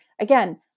Again